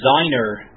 designer